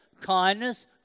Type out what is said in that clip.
kindness